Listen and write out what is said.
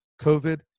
COVID